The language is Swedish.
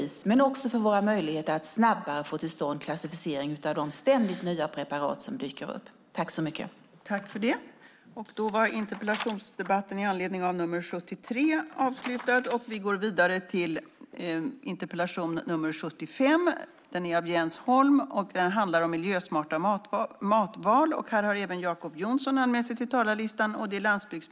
Lagstiftningen kommer att öka våra möjligheter att snabbare få till stånd en klassificering av de nya preparat som ständigt dyker upp.